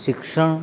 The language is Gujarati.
શિક્ષણ